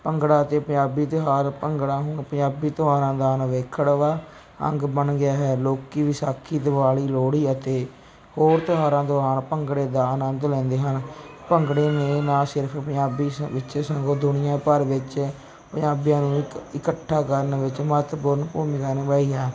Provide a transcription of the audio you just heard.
ਭੰਗੜਾ ਅਤੇ ਪੰਜਾਬੀ ਤਿਉਹਾਰ ਭੰਗੜਾ ਹੁਣ ਪੰਜਾਬੀ ਤਿਉਹਾਰਾਂ ਦਾ ਅਨਿੱਖੜਵਾਂ ਅੰਗ ਬਣ ਗਿਆ ਹੈ ਲੋਕ ਵਿਸਾਖੀ ਦਿਵਾਲੀ ਲੋਹੜੀ ਅਤੇ ਹੋਰ ਤਿਉਹਾਰਾਂ ਦੌਰਾਨ ਭੰਗੜੇ ਦਾ ਆਨੰਦ ਲੈਂਦੇ ਹਨ ਭੰਗੜੇ ਨੇ ਨਾ ਸਿਰਫ ਪੰਜਾਬੀ ਸ ਵਿੱਚ ਸਗੋਂ ਦੁਨੀਆ ਭਰ ਵਿੱਚ ਪੰਜਾਬੀਆਂ ਨੂੰ ਇੱਕ ਇਕੱਠਾ ਕਰਨ ਵਿੱਚ ਮੱਹਤਵਪੂਰਨ ਭੂਮਿਕਾ ਨਿਭਾਈ ਹੈ